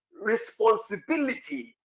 responsibility